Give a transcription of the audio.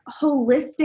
holistic